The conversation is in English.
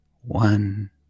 One